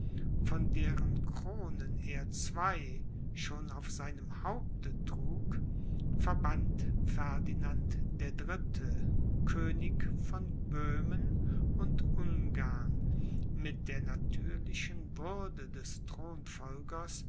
von deren kronen er zwei schon auf seinem haupte trug verband ferdinand der dritte könig von böhmen und ungarn mit der natürlichen würde des